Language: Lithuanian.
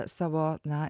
savo na